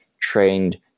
trained